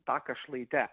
taką šlaite